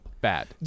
Bad